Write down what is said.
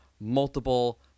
multiple